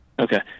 Okay